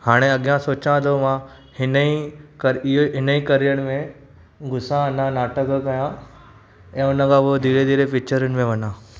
हाणे अॻियां सोचा थो मां हिन ई इन ई करियर मे घुसा अञा नाटक कयां ऐं उन खां पोइ धीरे धीरे पिक्चरुनि में वञा